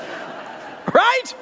Right